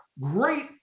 great